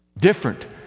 Different